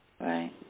Right